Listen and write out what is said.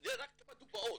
זה רק כמה דוגמאות.